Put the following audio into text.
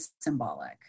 symbolic